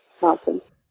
mountains